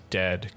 dead